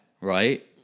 right